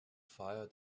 fire